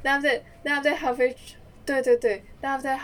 then after then after that halfway 对对对 then after that